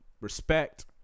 Respect